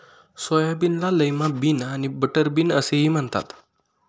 सोयाबीनला lima bean आणि butter bean असेही म्हणतात